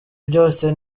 byose